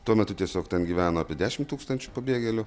tuo metu tiesiog ten gyveno apie dešim tūkstančių pabėgėlių